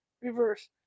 Reverse